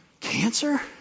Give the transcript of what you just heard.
cancer